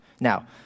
Now